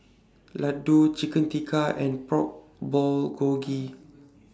Ladoo Chicken Tikka and Pork Bulgogi